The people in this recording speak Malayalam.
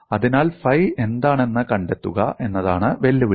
അതിനാൽ ഫൈ എന്താണെന്ന് കണ്ടെത്തുക എന്നതാണ് വെല്ലുവിളി